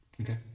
Okay